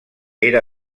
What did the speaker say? era